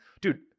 dude